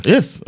Yes